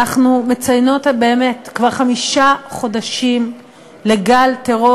אנחנו מציינות כבר חמישה חודשים לגל טרור